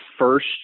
first